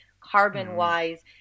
carbon-wise